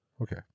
Okay